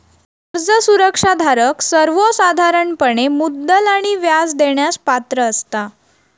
कर्ज सुरक्षा धारक सर्वोसाधारणपणे मुद्दल आणि व्याज देण्यास पात्र असता